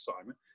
Simon